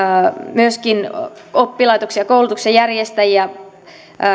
myöskin oppilaitoksia ja koulutuksen järjestäjiä